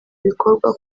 bikorwa